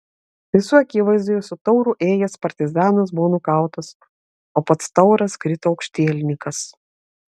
visų akivaizdoje su tauru ėjęs partizanas buvo nukautas o pats tauras krito aukštielninkas